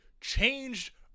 changed